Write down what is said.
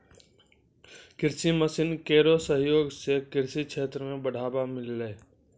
कृषि मसीन केरो सहयोग सें कृषि क्षेत्र मे बढ़ावा मिललै